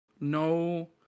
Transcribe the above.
no